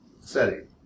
setting